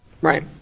Right